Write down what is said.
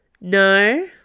No